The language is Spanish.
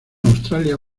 australia